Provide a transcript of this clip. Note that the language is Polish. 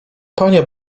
panie